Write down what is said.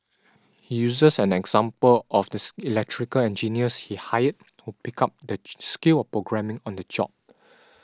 he uses an example of the electrical engineers he hired who picked up the skill of programming on the job